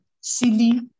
silly